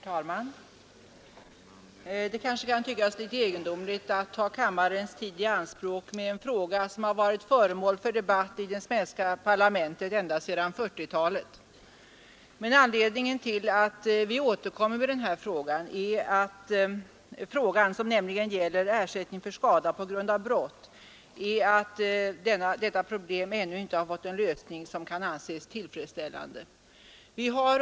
Herr talman! Det kanske kan tyckas litet egendomligt att ta kammarens tid i anspråk med en fråga som har varit föremål för debatt i det svenska parlamentet ända sedan 1940-talet, men anledningen till att vi återkommer med den är att ersättning för skada på grund av brott är ett problem som ännu inte har fått en lösning som kan anses tillfredsställande.